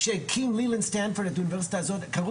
כשהקים לילנד סטנפורד את האוניברסיטה הזו קראו